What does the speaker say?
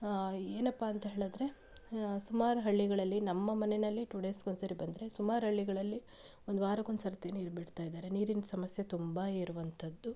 ಏನಪ್ಪ ಅಂಥೇಳಿದ್ರೆ ಸುಮಾರು ಹಳ್ಳಿಗಳಲ್ಲಿ ನಮ್ಮ ಮನೆಯಲ್ಲೆ ಟು ಡೇಸ್ಗೆ ಒಂದ್ಸರಿ ಬಂದರೆ ಸುಮಾರು ಹಳ್ಳಿಗಳಲ್ಲಿ ಒಂದ್ವಾರಕ್ಕೆ ಒಂದ್ಸರ್ತಿ ನೀರು ಬಿಡ್ತಾಯಿದ್ದಾರೆ ನೀರಿನ ಸಮಸ್ಯೆ ತುಂಬ ಇರುವಂಥದ್ದು